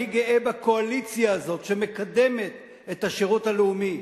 אני גאה בקואליציה הזאת שמקדמת את השירות הלאומי,